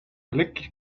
lekkich